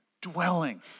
Dwelling